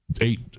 eight